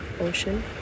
ocean